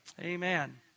Amen